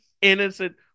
innocent